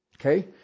Okay